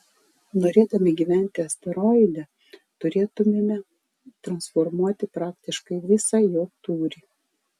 norėdami gyventi asteroide turėtumėme transformuoti praktiškai visą jo tūrį